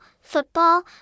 football